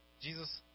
Jesus